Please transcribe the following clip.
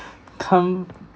come